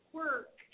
work